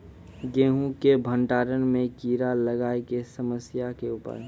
गेहूँ के भंडारण मे कीड़ा लागय के समस्या के उपाय?